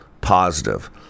positive